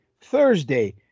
Thursday